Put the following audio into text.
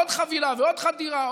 עוד חבילה ועוד חבילה,